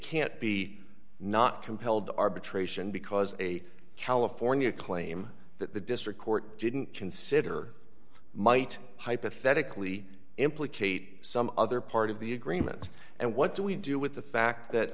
can't be not compelled arbitration because a california claim that the district court didn't consider might hypothetically implicate some other part of the agreement and what do we do with the fact that